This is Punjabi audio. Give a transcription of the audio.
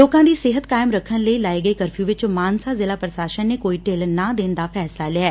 ਲੋਕਾਂ ਦੀ ਸਿਹਤ ਕਾਇਮ ਰੱਖਣ ਲਈ ਲਾਏ ਗਏ ਕਰਫਿਊ ਵਿਚ ਮਾਨਸਾ ਜ਼ਿਲ੍ਹਾ ਪ੍ਸ਼ਾਸਨ ਨੇ ਕੋਈ ਢਿੱਲ ਨਾ ਦੇਣ ਦਾ ਫੈਸਲਾ ਲਿਆ